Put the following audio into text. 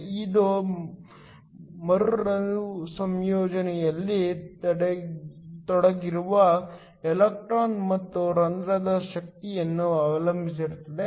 ಇದು ಮರುಸಂಯೋಜನೆಯಲ್ಲಿ ತೊಡಗಿರುವ ಎಲೆಕ್ಟ್ರಾನ್ ಮತ್ತು ರಂಧ್ರದ ಶಕ್ತಿಯನ್ನು ಅವಲಂಬಿಸಿರುತ್ತದೆ